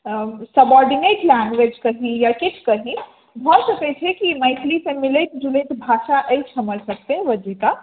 subordinate language कही या किछु कही भऽ सकैत छै कि मैथिलीसँ मिलैत जुलैत भाषा अछि हमर सबकेँ बज्जिका